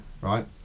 Right